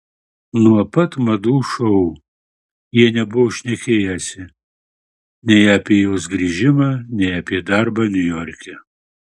nuo pat madų šou jie nebuvo šnekėjęsi nei apie jos grįžimą nei apie darbą niujorke